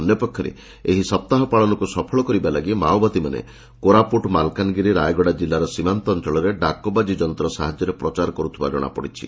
ଅନ୍ୟ ପକ୍ଷରେ ଏହି ସପ୍ତାହ ପାଳନକୁ ସଫଳ କରିବା ଲାଗି ମାଓବାଦୀମାନେ କୋରାପୁଟ୍ ମାଲକାନଗିରି ରାୟଗଡ଼ା ଜିଲ୍ଲାର ସୀମାନ୍ତ ଅଅଳରେ ଡାକବାଜି ଯନ୍ତ ସାହାଯ୍ୟରେ ପ୍ରଚାର କରୁଥିବା ଜଣାପଡ଼ିଛି